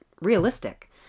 realistic